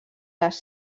les